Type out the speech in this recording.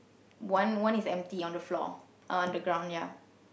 one one is empty on the floor uh on the ground ya